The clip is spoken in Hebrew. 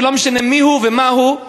ולא משנה מיהו ומהו,